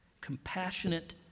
Compassionate